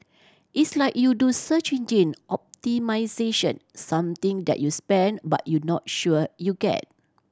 it's like you do search engine optimisation something that you spend but you not sure you get